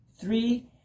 three